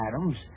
Adams